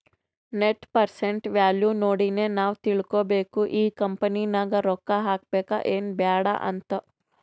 net present value ನೋಡಿನೆ ನಾವ್ ತಿಳ್ಕೋಬೇಕು ಈ ಕಂಪನಿ ನಾಗ್ ರೊಕ್ಕಾ ಹಾಕಬೇಕ ಎನ್ ಬ್ಯಾಡ್ ಅಂತ್